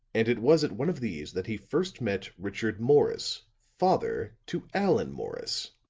and it was at one of these that he first met richard morris, father to allan morris